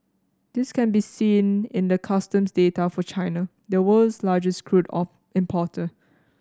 this can be seen in the custom data for China the world's largest crude of importer